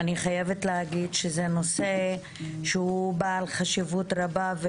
אני חייבת להגיד שזה נושא שהוא בעל חשיבות רבה.